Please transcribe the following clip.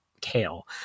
kale